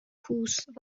کوس